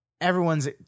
everyone's